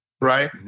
right